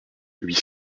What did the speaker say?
huit